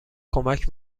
کمک